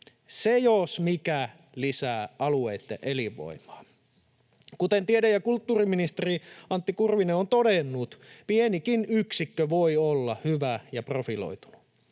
Se jos mikä lisää alueitten elinvoimaa. Kuten tiede‑ ja kulttuuriministeri Antti Kurvinen on todennut, pienikin yksikkö voi olla hyvä ja profiloitunut.